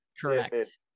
Correct